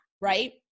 right